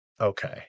Okay